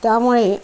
त्यामुळे